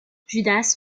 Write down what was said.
judas